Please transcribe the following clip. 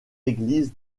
églises